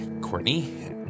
Courtney